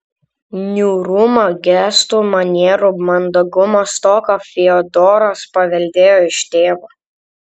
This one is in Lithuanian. niūrumą gestų manierų mandagumo stoką fiodoras paveldėjo iš tėvo